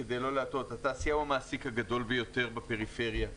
התעשייה הוא המעסיק הגדול ביותר בפריפריה,